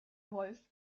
wolff